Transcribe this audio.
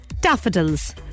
daffodils